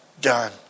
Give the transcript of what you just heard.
done